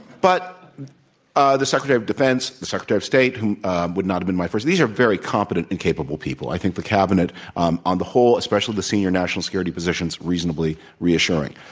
but ah the secretary of defense, the secretary of state would not have been my first these are very competent and capable people. i think the cabinet um on the whole, especially the senior national security positions reasonably reassuring.